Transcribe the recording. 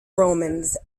romans